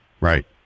Right